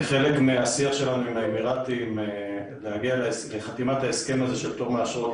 כחלק מהשיח שלנו עם האמיראתים להגיע לחתימת ההסכם הזה של פטור מאשרות,